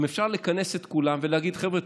אם אפשר לכנס את כולם ולהגיד: חבר'ה,